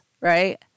right